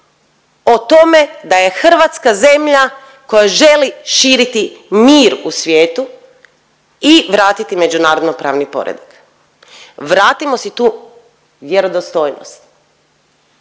o tome da je Hrvatska zemlja koja želi širiti mir u svijetu i vratiti međunarodno pravni poredak. Vratimo si tu vjerodostojnost.